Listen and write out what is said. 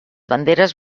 banderes